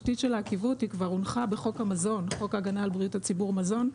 היא כבר הונחה בחוק ההגנה על בריאות הציבור (מזון),